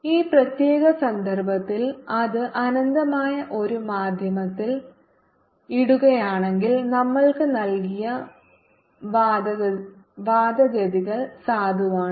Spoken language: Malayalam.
ഈ പ്രത്യേക സന്ദർഭത്തിൽ അത് അനന്തമായ ഒരു മാധ്യമത്തിൽ ഇടുകയാണെങ്കിൽ നമ്മൾക്ക് നൽകിയ വാദഗതികൾ സാധുവാണ്